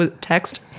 text